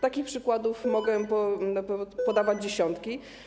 Takich przykładów mogę podawać dziesiątki.